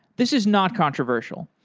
this is not controversial,